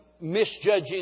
misjudging